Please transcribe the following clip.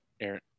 Aaron